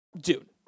dude